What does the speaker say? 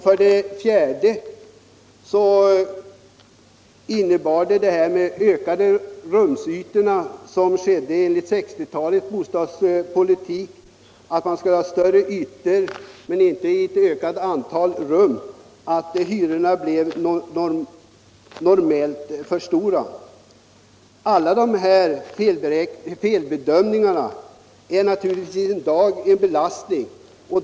För det fjärde medförde 1960-talets bostadspolitik med större lägenhetsytor men inte ett ökat antal rum att hyrorna blev för höga. Alla dessa felbedömningar är naturligtvis i dag en belastning.